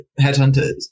headhunters